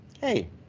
hey